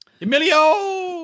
Emilio